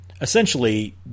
essentially